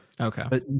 Okay